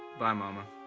bye, mama.